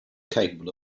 capable